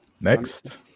Next